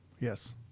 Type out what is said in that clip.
Yes